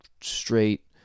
straight